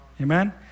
Amen